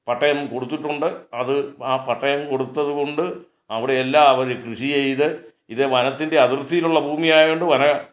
പട്ടയം കൊടുത്തിട്ടുണ്ട് അത് ആ പട്ടയം കൊടുത്തത് കൊണ്ട് അവിടെ എല്ലാവരും കൃഷി ചെയ്ത് ഇത് വനത്തിൻ്റെ അതിർത്തിലുള്ള ഭൂമിയായ കൊണ്ട് വന